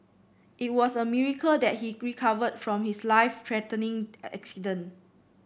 it was a miracle that he recovered from his life threatening accident